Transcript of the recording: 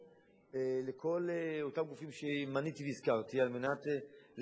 לכל אותם גופים שמניתי והזכרתי יש סמכויות בחוק